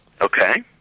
Okay